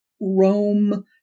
Rome